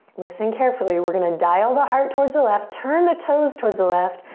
listen carefully, we're gonna dial the heart towards the left, turn the toes towards the left.